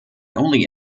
only